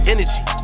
Energy